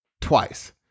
twice